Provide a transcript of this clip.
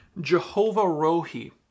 Jehovah-Rohi